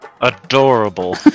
Adorable